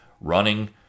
running